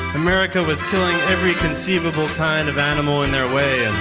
america was killing every conceivable kind of animal in their way.